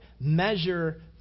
measure